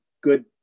good